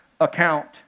account